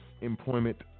employment